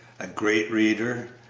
a great reader,